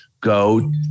go